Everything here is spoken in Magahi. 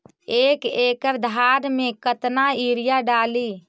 एक एकड़ धान मे कतना यूरिया डाली?